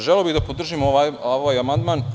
Želeo bih da podržim ovaj amandman.